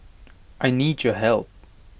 I need your help